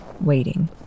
waiting